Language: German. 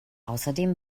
außerdem